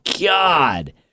God